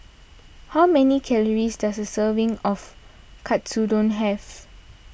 how many calories does a serving of Katsudon have